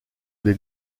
des